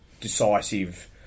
decisive